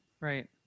Right